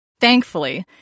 Thankfully